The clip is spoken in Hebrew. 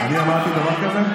אני אמרתי דבר כזה?